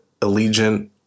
Allegiant